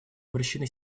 обращены